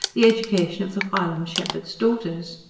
the education of the whilom shepherd's daughters?